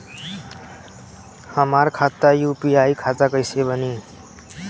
हमार खाता यू.पी.आई खाता कइसे बनी?